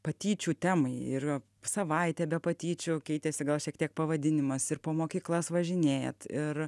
patyčių temai ir savaitė be patyčių keitėsi gal šiek tiek pavadinimas ir po mokyklas važinėjat ir